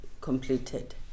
completed